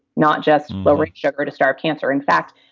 not just lower sugar to starve cancer. in fact,